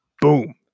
Boom